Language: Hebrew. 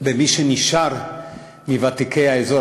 ומי שנשאר מוותיקי האזור,